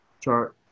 chart